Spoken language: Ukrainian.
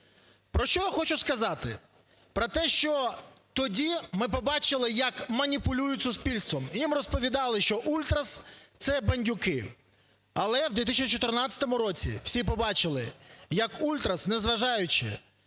Про що я хочу сказати? Про те, що тоді ми побачили, як маніпулюють суспільством. Їм розповідали, що ультрас – це бандюки. Але у 2014 році всі побачили, як ультрас, не зважаючи